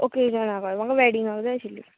okay okay जाणां कळें म्हाका व्हेडीगांक जाय आशिल्ली